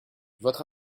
votre